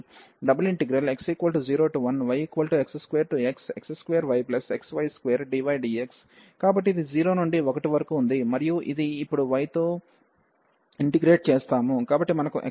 x01yx2xx2yxy2 dydx కాబట్టి ఇది 0 నుండి 1 వరకు ఉంది మరియు ఇది ఇప్పుడు y తో ఇంటిగ్రేట్ చేస్తాము